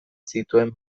zituen